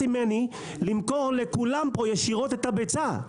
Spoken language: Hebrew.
ממני למכור לכולם פה ישירות את הביצה?